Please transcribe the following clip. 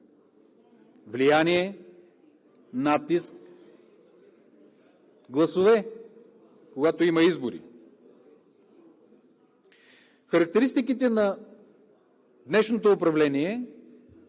влияние, натиск, гласове, когато има избори. Характеристиките на днешното управление,